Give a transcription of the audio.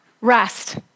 rest